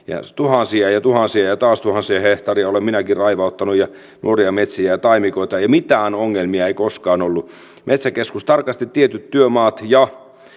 tuhansia tuhansia ja ja taas tuhansia hehtaareja olen minäkin raivauttanut nuoria metsiä ja ja taimikoita eikä mitään ongelmia koskaan ollut metsäkeskus tarkasti tietyt työmaat ja